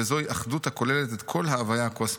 וזוהי האחדות הכוללת של כל ההוויה הקוסמית'.